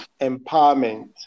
empowerment